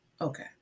Okay